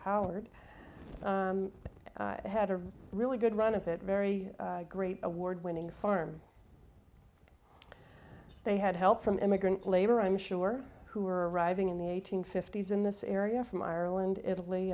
howard had a really good run of it a very great award winning farm they had help from immigrant labor i'm sure who are arriving in the eighteen fifties in this area from ireland italy